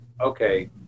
okay